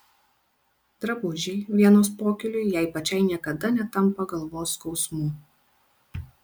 drabužiai vienos pokyliui jai pačiai niekada netampa galvos skausmu